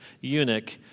eunuch